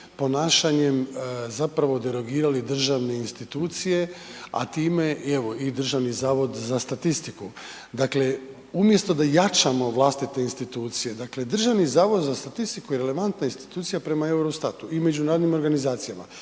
ponašanjem zapravo derogirali državne institucije, a time evo i Državni zavod za statistiku. Dakle, umjesto da jačamo vlastite institucije, dakle Državni zavod za statistiku je relevantna institucija prema Eurostat-u i međunarodnim organizacijama